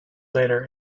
later